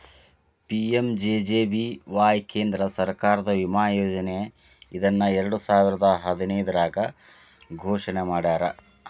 PMJJBY ಕೇಂದ್ರ ಸರ್ಕಾರದ ವಿಮಾ ಯೋಜನೆ ಇದನ್ನ ಎರಡುಸಾವಿರದ್ ಹದಿನೈದ್ರಾಗ್ ಘೋಷಣೆ ಮಾಡ್ಯಾರ